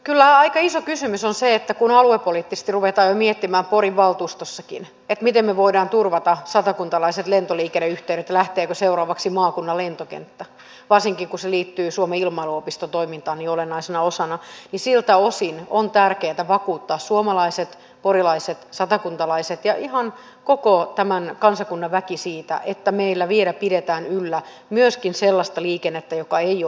kyllä aika iso kysymys on se että kun aluepoliittisesti ruvetaan jo miettimään porin valtuustossakin miten me voimme turvata satakuntalaiset lentoliikenneyhteydet lähteekö seuraavaksi maakunnan lentokenttä varsinkin kun se liittyy suomen ilmailuopiston toimintaan niin olennaisena osana niin siltä osin on tärkeätä vakuuttaa suomalaiset porilaiset satakuntalaiset ja ihan koko tämän kansakunnan väki siitä että meillä vielä pidetään yllä myöskin sellaista liikennettä joka ei ole markkinaehtoista jatkossa